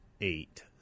eight